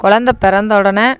குழந்த பிறந்தவுடனே